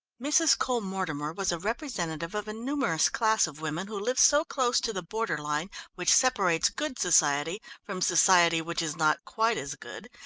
mrs. cole-mortimer was a representative of a numerous class of women who live so close to the border-line which separates good society from society which is not quite as good,